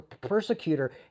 persecutor